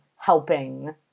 helping